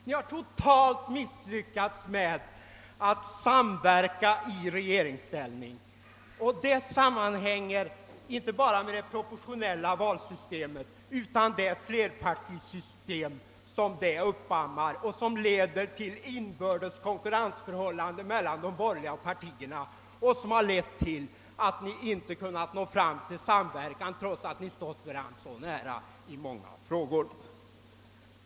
Ni har totalt misslyckats med att samverka i regeringsställning, och det sammanhänger med det proportionella valsystemet och med det flerpartisystem, som följer härmed och som leder till inbördes konkurrensförhållanden mellan de borgerliga partierna. Detta har lett till att ni inte kunnat nå fram till en samverkan trots att ni stått varandra så nära i många frågor.